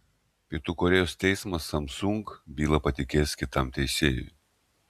pietų korėjos teismas samsung bylą patikės kitam teisėjui